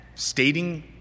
Stating